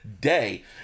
day